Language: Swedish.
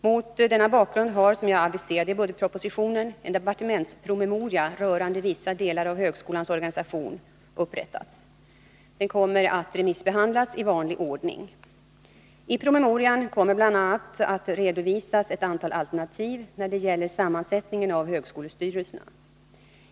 Mot denna bakgrund har, som jag aviserade i budgetpropositionen, en departementspromemoria rörande vissa delar av högskolans organisation upprättats. Den kommer att remissbehandlas i vanlig ordning. I promemorian kommer bl.a. att redovisas ett antal alternativ när det gäller sammansättningen av högskolestyrelserna.